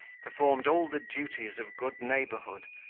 performed all the duties of good neighbourhood,